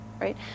right